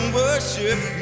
worship